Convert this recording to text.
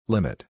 Limit